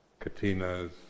Katinas